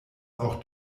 auch